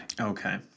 Okay